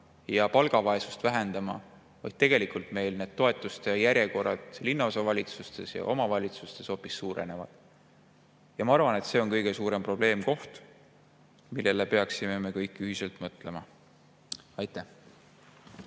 ja palgavaesus ei vähene, vaid meil need toetuse saamise järjekorrad linnaosavalitsustes ja omavalitsustes hoopis [pikenevad]. Ma arvan, et see on kõige suurem probleemkoht, millele me peaksime kõik ühiselt mõtlema. Aitäh!